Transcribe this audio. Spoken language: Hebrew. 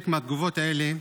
מהתגובות האלה: